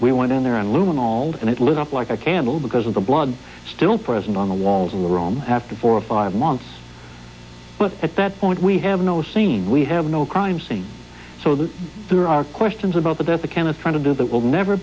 we went in there and luminol and it lit up like a candle because of the blood still present on the walls of the room after four or five months but at that point we have no scene we have no crime scene so that there are questions about the death the can of trying to do that will never